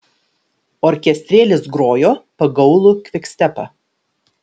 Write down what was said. orkestrėlis grojo pagaulų kvikstepą